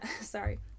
sorry